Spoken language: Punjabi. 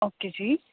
ਓਕੇ ਜੀ